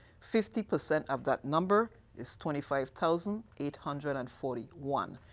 fifty percent of that number is twenty five thousand eight hundred and forty one.